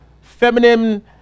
feminine